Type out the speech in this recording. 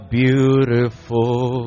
beautiful